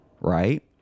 right